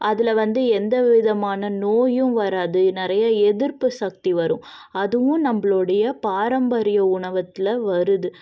அதில் வந்து எந்த விதமான நோயும் வராது நிறைய எதிர்ப்பு சக்தி வரும் அதுவும் நம்மளோடைய பாரம்பரிய உணவகத்தில் வருது